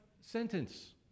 sentence